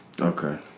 Okay